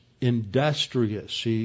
industrious